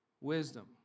wisdom